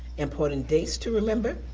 important dates to remember,